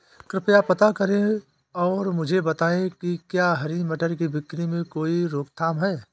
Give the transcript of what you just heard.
कृपया पता करें और मुझे बताएं कि क्या हरी मटर की बिक्री में कोई रोकथाम है?